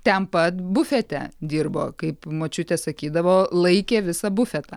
ten pat bufete dirbo kaip močiutė sakydavo laikė visą bufetą